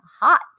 hot